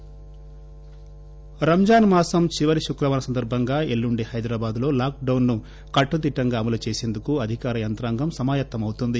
శుక్రవారం రంజాన్ మాసం చివరి శుక్రవారం సందర్బంగా ఎల్లుండి హైదరాబాద్ లో లాక్డాన్ను కట్టుదిట్టంగా అమలు చేసందుకు అధికారయంత్రాంగం సమాయత్తమవుతోంది